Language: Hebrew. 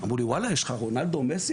אמרו לי: ואללה, יש לך רונאלדו או מסי?